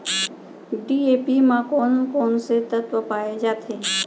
DAP म कोन कोन से तत्व पाए जाथे?